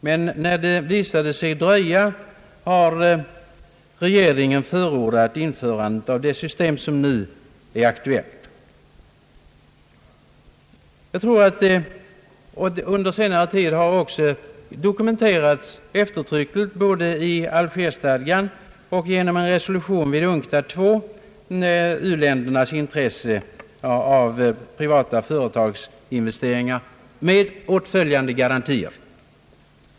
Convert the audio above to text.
Men när det visade sig dröja har regeringen förordat införandet av det system som nu är aktuellt. Under senare tid har också eftertryckligt dokumenterats både i Alger-stadgan och genom en resolution vid UNCTAD II att u-länderna har intresse av privata företags investeringar med åtföljande garanti.